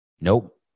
Nope